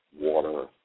water